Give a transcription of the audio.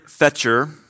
Fetcher